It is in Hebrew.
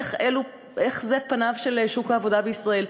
איך אלו פניו של שוק העבודה בישראל,